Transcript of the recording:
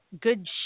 good